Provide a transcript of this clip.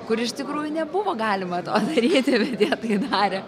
kur iš tikrųjų nebuvo galima to daryti bet jie tai darė